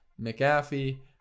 McAfee